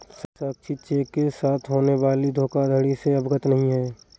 साक्षी cheque के साथ होने वाली धोखाधड़ी से अवगत नहीं है